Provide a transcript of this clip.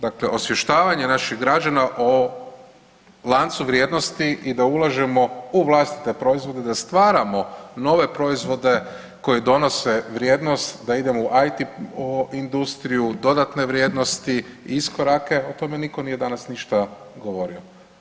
Dakle, osvještavanje naših građana o lancu vrijednosti i da ulažemo u vlastite proizvode, da stvaramo nove proizvode koji donose vrijednost da idemo u IT industriju, dodatne vrijednosti i iskorake o tome nitko nije danas ništa govorio.